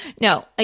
No